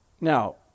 Now